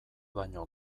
baino